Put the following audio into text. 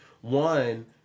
One